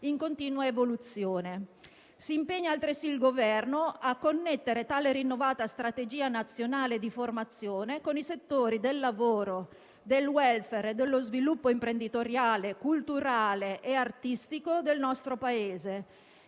continua evoluzione. Si impegna altresì il Governo a connettere tale rinnovata strategia nazionale di formazione con i settori del lavoro, del *welfare* e dello sviluppo imprenditoriale, culturale e artistico del nostro Paese,